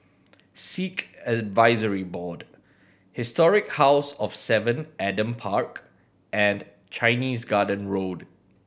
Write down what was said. Sikh Advisory Board Historic House of Seven Adam Park and Chinese Garden Road